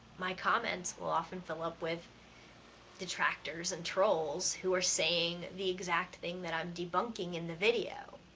my comments will often fill up with detractors and trolls who are saying the exact thing that i'm debunking in the video.